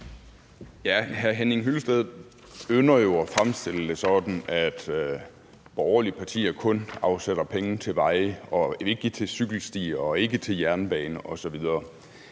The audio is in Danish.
Hr. Henning Hyllested ynder jo at fremstille det sådan, at borgerlige partier kun afsætter penge til veje og ikke vil give penge til cykelstier, jernbaner osv.